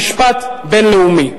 במשפט בין-לאומי.